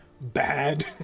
Bad